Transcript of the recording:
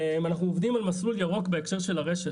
אנחנו עובדים על מסלול ירוק בהקשר של הרשת.